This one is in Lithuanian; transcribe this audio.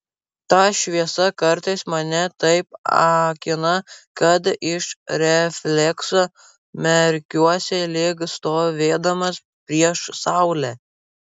ta šviesa kartais mane taip akina kad iš reflekso merkiuosi lyg stovėdamas prieš saulę